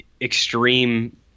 extreme